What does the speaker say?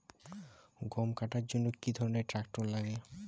গম কাটার জন্য কি ধরনের ট্রাক্টার লাগে?